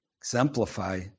exemplify